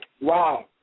Wow